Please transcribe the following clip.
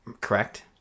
correct